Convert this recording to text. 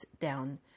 down